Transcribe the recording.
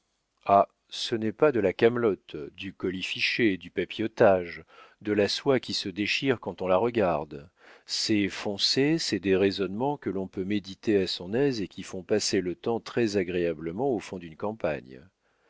ce n'est pas de la camelote du colifichet du papillotage de la soie qui se déchire quand on la regarde c'est foncé c'est des raisonnements que l'on peut méditer à son aise et qui font passer le temps très-agréablement au fond d'une campagne